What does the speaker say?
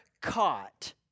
caught